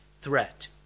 threat